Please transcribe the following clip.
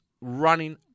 running